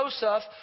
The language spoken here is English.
Joseph